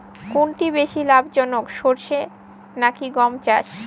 কোনটি বেশি লাভজনক সরষে নাকি গম চাষ?